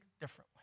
differently